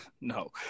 no